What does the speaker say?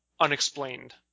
unexplained